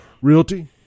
Realty